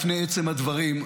לפני עצם הדברים,